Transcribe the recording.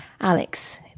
Alex